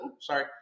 sorry